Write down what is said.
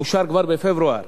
אושר כבר בפברואר.